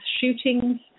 shootings